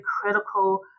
critical